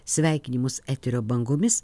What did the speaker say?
sveikinimus eterio bangomis